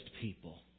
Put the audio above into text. people